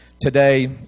today